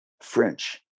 French